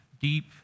deep